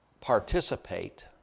participate